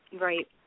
right